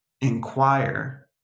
inquire